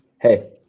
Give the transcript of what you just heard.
Hey